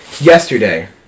Yesterday